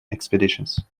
expeditions